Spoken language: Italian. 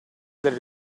delle